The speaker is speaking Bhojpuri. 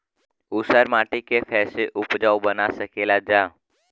ऊसर माटी के फैसे उपजाऊ बना सकेला जा?